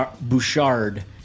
Bouchard